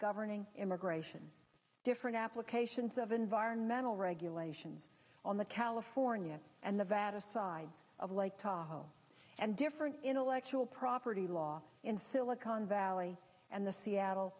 governing immigration different applications of environmental regulations on the california and nevada side of lake tahoe and different intellectual property law in silicon valley and the seattle